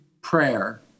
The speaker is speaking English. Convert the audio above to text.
prayer